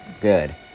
good